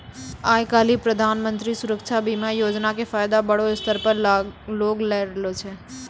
आइ काल्हि प्रधानमन्त्री सुरक्षा बीमा योजना के फायदा बड़ो स्तर पे लोग लै रहलो छै